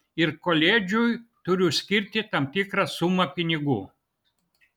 ir koledžui turiu skirti tam tikrą sumą pinigų